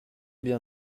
bien